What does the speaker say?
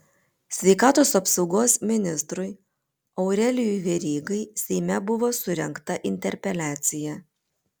sveikatos apsaugos ministrui aurelijui verygai seime buvo surengta interpeliacija